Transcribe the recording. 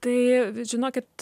tai žinokit